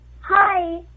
Hi